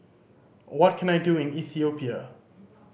what can I do in Ethiopia